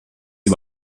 die